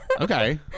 Okay